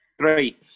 Three